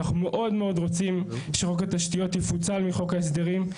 מאוד רוצים שחוק התשתיות יפוצל מחוק ההסדרים,